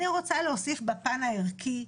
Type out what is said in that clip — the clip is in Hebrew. אני רוצה להוסיף בפן הערכי,